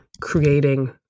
creating